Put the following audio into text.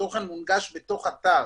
התוכן מונגש בתוך אתר,